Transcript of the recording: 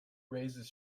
raises